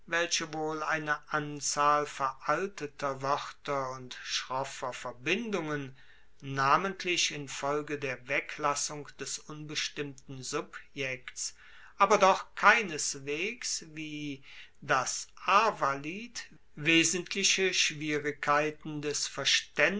welche wohl eine anzahl veralteter woerter und schroffer verbindungen namentlich infolge der weglassung des unbestimmten subjekts aber doch keineswegs wie das arvalied wesentliche schwierigkeiten des